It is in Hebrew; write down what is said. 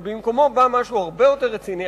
ובמקומו בא משהו הרבה יותר משמעותי,